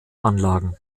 anlagen